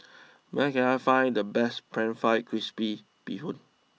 where can I find the best Pan Fried Crispy Bee Hoon